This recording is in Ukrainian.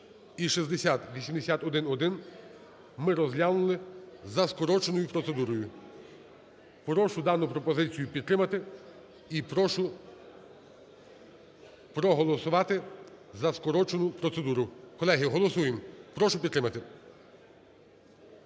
і 6081-1) ми розглянули за скороченою процедурою. Прошу дану пропозицію підтримати і прошу проголосувати за скорочену процедуру. Колеги, голосуємо. Прошу підтримати.